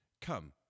Come